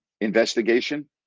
investigation